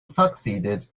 succeeded